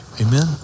Amen